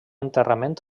enterrament